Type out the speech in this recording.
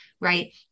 Right